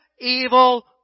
evil